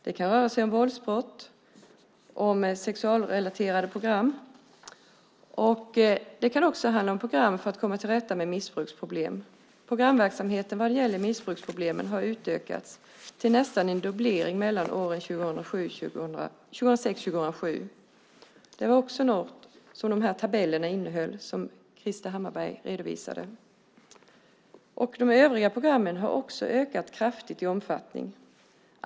Det kan röra sig om våldsbrott och om sexualrelaterade program. Det kan också handla om program för att komma till rätta med missbruksproblem. När det gäller missbruksproblemen har programverksamheten utökats så det är nästan en dubblering mellan år 2006 och år 2007. Det är också något som de tabeller innehåller som Krister Hammarbergh redovisat. Också övriga program har kraftigt ökat i omfattning.